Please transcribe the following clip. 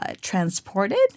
Transported